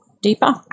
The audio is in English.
deeper